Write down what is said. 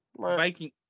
Viking